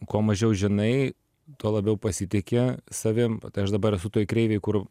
kuo mažiau žinai tuo labiau pasitiki savim tai aš dabar esu toj kreivėj kur